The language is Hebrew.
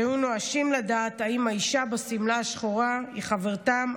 שהיו נואשים לדעת אם האישה בשמלה השחורה היא חברתם,